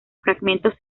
fragmentos